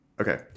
Okay